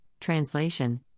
translation